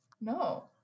No